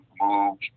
move –